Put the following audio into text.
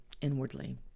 inwardly